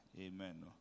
Amen